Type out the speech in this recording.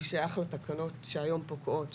והוא שייך לתקנות שהיום פוקעות,